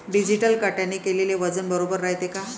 Digital काट्याने केलेल वजन बरोबर रायते का?